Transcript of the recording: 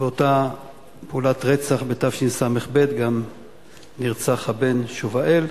באותה פעולת רצח בתשס"ב נרצח גם הבן שובאל.